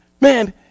Man